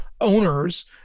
owners